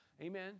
amen